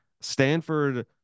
Stanford